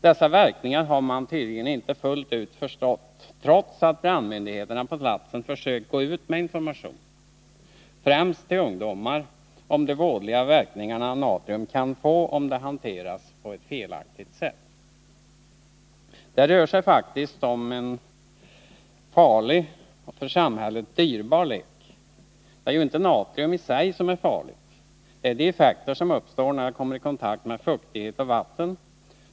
Dessa verkningar har man tydligen inte fullt ut förstått. trots att brandmyndigheterna på platsen försökt gå ut med information, främst till ungdomar, om de farliga verkningar natrium kan få om det hanteras på ett felaktigt sätt. Det rör sig faktiskt om en farlig och för samhället dyrbar lek. Det är inte natrium i sig som är farligt utan de effekter som uppstår när det kommer i kontakt med fuktighet och vatten.